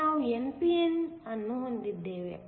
ಈಗ ನಾವು n p n ಅನ್ನು ಹೊಂದಿದ್ದೇವೆ